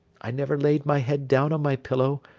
i never laid my head down on my pillow,